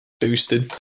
boosted